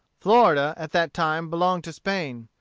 florida, at that time, belonged to spain.